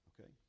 Okay